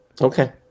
Okay